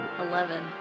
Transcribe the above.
Eleven